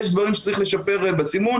יש דברים שצריך לשפר בסימון.